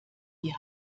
die